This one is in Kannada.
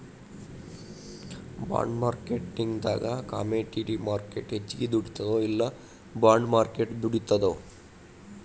ಬಾಂಡ್ಮಾರ್ಕೆಟಿಂಗಿಂದಾ ಕಾಮೆಡಿಟಿ ಮಾರ್ಕ್ರೆಟ್ ಹೆಚ್ಗಿ ದುಡಿತದೊ ಇಲ್ಲಾ ಬಾಂಡ್ ಮಾರ್ಕೆಟ್ ದುಡಿತದೊ?